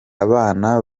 abana